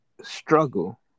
struggle